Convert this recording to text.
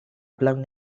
blowing